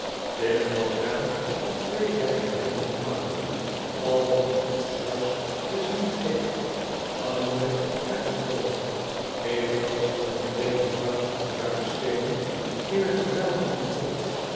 binnen dat raam op twee rijen hellende planken al wat het koetshuis te zien geeft hangende er van boven evenals onregelmatige druipsteenen in t gewelf van eengrot eene